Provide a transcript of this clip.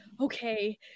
okay